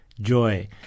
joy